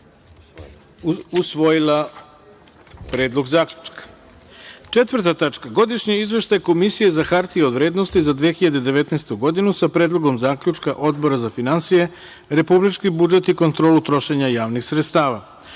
usvojila Predlog zaključka. Četvrta tačka - Godišnji izveštaj Komisije za hartije od vrednosti za 2019. godinu, sa predlogom zaključka Odbora za finansije, republički budžet i kontrolu trošenja javnih sredstava. Stavljam